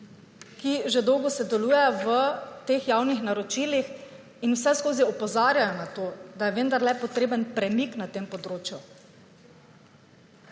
ki že dolgo sodelujejo v teh javnih naročilih in vse skozi opozarjajo na to, da je vendarle potreben premik na tem področju.